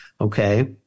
Okay